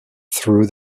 through